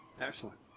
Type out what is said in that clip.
Excellent